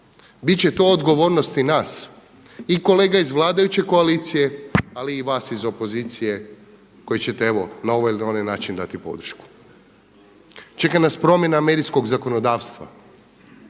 će to odgovornost i nas, i kolega iz vladajuće koalicije ali i vas iz opozicije koji ćete evo na ovaj ili onaj način dati podršku. Čeka nas promjena medijskog zakonodavstva,